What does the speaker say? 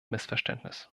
missverständnis